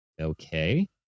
okay